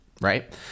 right